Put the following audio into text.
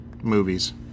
movies